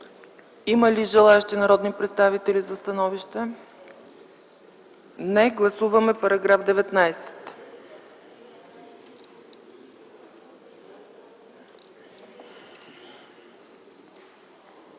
Има ли желаещи народни представители за становища? Не. Гласуваме § 19.